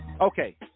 Okay